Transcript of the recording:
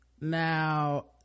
Now